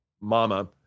mama